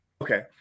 Okay